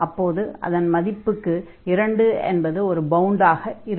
அப்போது அதன் மதிப்புக்கு 2 என்பது ஒரு பவுண்டாக இருக்கும்